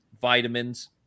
vitamins